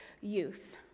youth